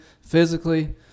physically